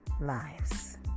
lives